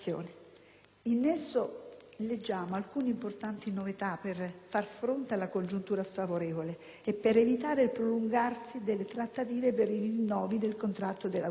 In esso leggiamo alcune importanti novità per far fronte alla congiuntura sfavorevole, ma soprattutto per evitare il prolungarsi delle trattative per i rinnovi dei contratti di lavoro.